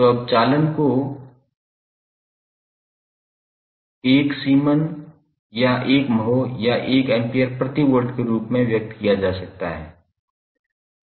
तो अब चालन को 1 सीमेन या 1 महो या 1 एम्पीयर प्रति वोल्ट के रूप में व्यक्त किया जा सकता है